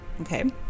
Okay